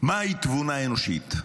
מהי תבונה אנושית,